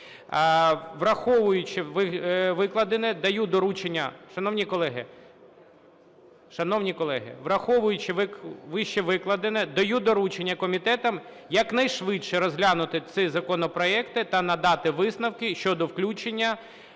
враховуючи вищевикладене, даю доручення комітетам якнайшвидше розглянути ці законопроекти та надати висновки щодо включення